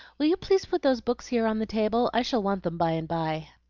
will you please put those books here on the table? i shall want them by-and-by.